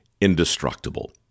indestructible